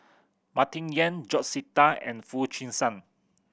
Martin Yan George Sita and Foo Chee San